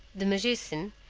the magician,